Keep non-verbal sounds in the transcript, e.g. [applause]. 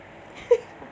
[laughs]